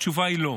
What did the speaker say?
התשובה היא לא.